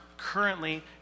currently